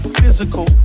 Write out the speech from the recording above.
physical